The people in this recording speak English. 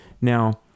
Now